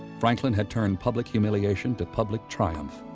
franklin had turned public humiliation to public triumph.